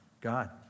God